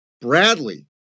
Bradley